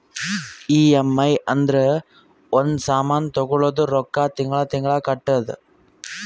EMI ಅಂದುರ್ ಒಂದ್ ಸಾಮಾನ್ ತಗೊಳದು ರೊಕ್ಕಾ ತಿಂಗಳಾ ತಿಂಗಳಾ ಕಟ್ಟದು